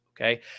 okay